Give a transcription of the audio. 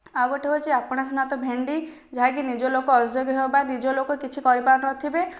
ଆଉ ଗୋଟିଏ ହେଉଛି ଆପଣା ସୁନା ତ ଭେଣ୍ଡି ଯାହାକି ନିଜଲୋକ ଅଯୋଗ୍ୟ ହେବା ବା ନିଜଲୋକ କିଛି କରିପାରୁନଥିବେ